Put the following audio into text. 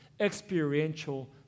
experiential